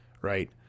right